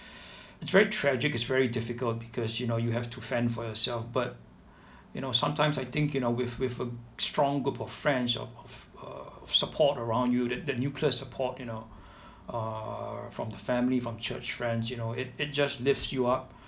it's very tragic it's very difficult because you know you have to fend for yourself but you know sometimes I think you know with with a strong group of friends of err support around you that that nuclear support you know uh from the family from church friends you know it it just lifts you up